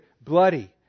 bloody